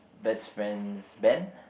best friend's band